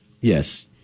Yes